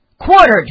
quartered